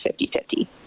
50-50